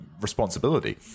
responsibility